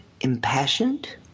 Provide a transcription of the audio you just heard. impassioned